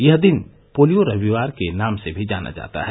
यह दिन पोलियो रविवार के नाम से भी जाना जाता है